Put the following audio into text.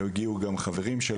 יגיעו גם חברים שלו.